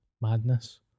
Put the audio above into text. madness